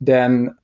then,